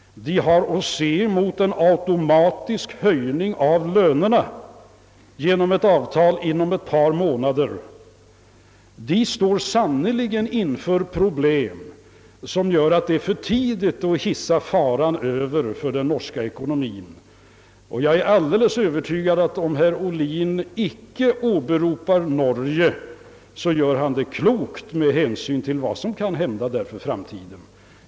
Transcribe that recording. Man har att se fram emot en avtalsmässig automatisk höjning av lönerna inom ett par månader. Man står där sannerligen inför problem som gör att det är för tidigt att hissa »faran över» för den norska ekonomien. Jag är alldeles övertygad om att om herr Ohlin icke åberopar Norge så är det klokt med hänsyn till vad som kan hända där i framtiden.